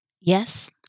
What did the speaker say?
Yes